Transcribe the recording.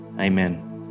Amen